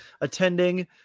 attending